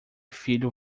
filho